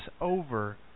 over